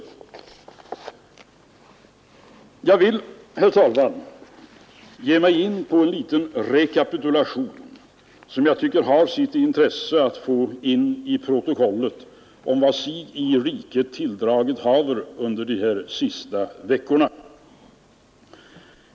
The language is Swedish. Jag vill, herr talman, ge mig in på en liten rekapitulation, som jag tycker har sitt intresse att få in i protokollet, av vad som sig i riket tilldragit haver under de senaste veckorna.